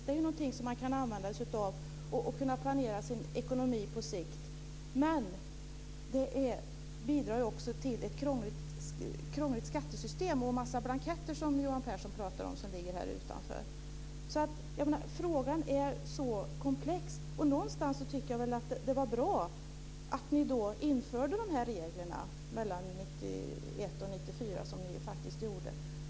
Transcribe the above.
Det är något de kan använda sig av för att planera sin ekonomi på sikt. Men det bidrar också till ett krångligt skattesystem och många blanketter. Johan Pehrson talade om alla blanketter som ligger här utanför. Frågan är så komplex. Det var bra att ni införde reglerna om expansionsmedel mellan 1991 och 1994.